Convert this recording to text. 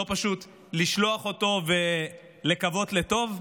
ולא פשוט לשלוח אותו ולקוות לטוב?